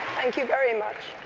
thank you very much.